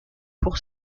pour